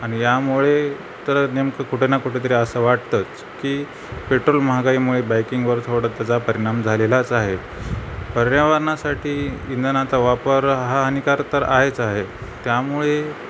आणि यामुळे तर नेमकं कुठं ना कुठेतरी असं वाटतंच की पेट्रोल महागाईमुळे बाईकिंगवर थोडं त्याचा परिणाम झालेलाच आहे पर्यावरणासाठी इंधनाचा वापर हा हानिकारक तर आहेच आहे त्यामुळे